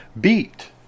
beat